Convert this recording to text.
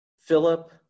Philip